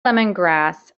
lemongrass